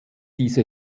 diese